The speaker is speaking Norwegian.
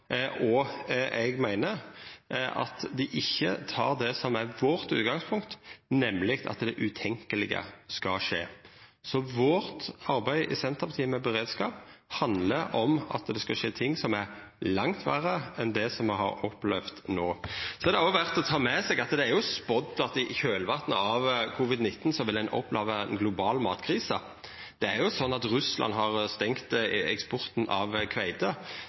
og eg meiner at dei ikkje tek det som er utgangspunktet vårt, nemleg at det utenkjelege skulle skje. I Senterpartiet handlar arbeidet vårt med beredskap om at det kan skje ting som er langt verre enn det me har opplevd no. Det er òg verdt å ta med seg at det er spådd at ein vil oppleva ei global matkrise i kjølvatnet av